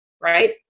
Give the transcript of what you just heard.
right